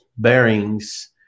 bearings